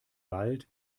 wald